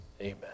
Amen